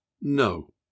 no